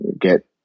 get